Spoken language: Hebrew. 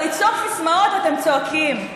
אבל לצעוק סיסמאות, אתם צועקים.